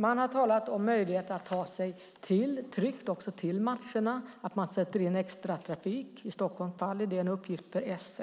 Man har talat om möjligheten att tryggt ta sig till matcherna, att det sätts in extra trafik. I Stockholm faller den uppgiften på SL.